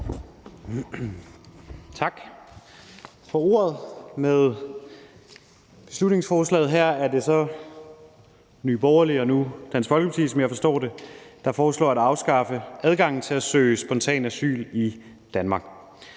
Tak for ordet. Med beslutningsforslaget her er det så Nye Borgerlige og nu Dansk Folkeparti, som jeg forstår det, der foreslår at afskaffe adgangen til at søge spontant asyl i Danmark.